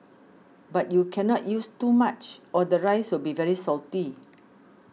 but you cannot use too much or the rice will be very salty